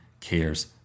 cares